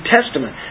Testament